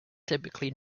typically